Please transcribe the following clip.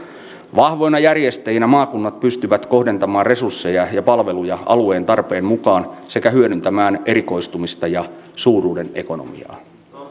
vahvoina järjestäjinä maakunnat pystyvät kohdentamaan resursseja ja palveluja alueen tarpeen mukaan sekä hyödyntämään erikoistumista ja suuruuden ekonomiaa